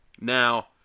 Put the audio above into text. Now